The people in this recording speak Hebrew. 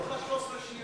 נשארו לך 13 שניות.